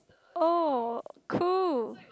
oh cool